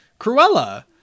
Cruella